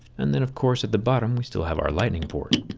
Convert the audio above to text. and then of course at the bottom we still have our lightning port.